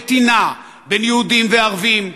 וטינה בין יהודים לערבים,